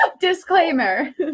Disclaimer